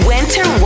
Winter